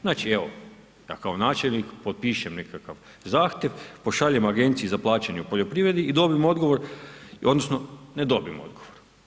Znači, evo, ja kao načelnik potpišem nekakav zahtjev, pošaljem agenciji za plaćanje u poljoprivredi i dobijem odgovor, odnosno ne dobim odgovor.